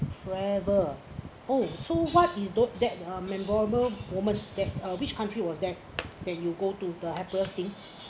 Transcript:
forever oh so what is tho~ that uh memorable moment that uh which country was there that you go to the happiest thing